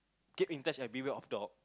keep in touch and beware of dog